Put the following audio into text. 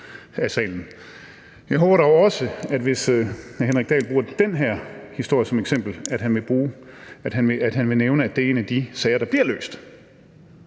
Jeg håber dog også, at hr. Henrik Dahl, hvis han bruger den her historie som eksempel, vil nævne, at det er en af de sager, der bliver løst,